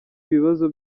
ibibazo